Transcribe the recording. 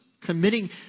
committing